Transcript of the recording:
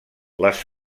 les